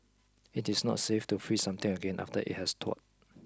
it is not safe to freeze something again after it has thawed